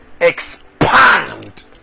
Expand